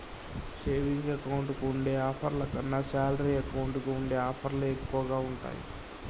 saving account కి ఉండే ఆఫర్ల కన్నా శాలరీ అకౌంట్ కి ఉండే ఆఫర్లే ఎక్కువగా ఉంటాయి